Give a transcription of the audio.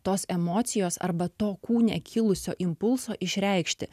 tos emocijos arba to kūne kilusio impulso išreikšti